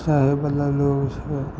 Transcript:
चाहेवला लोग